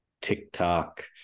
TikTok